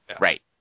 Right